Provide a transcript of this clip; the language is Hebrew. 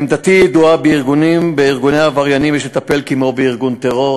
עמדתי ידועה: בארגוני עבריינים יש לטפל כמו בארגון טרור,